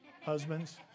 Husbands